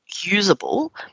usable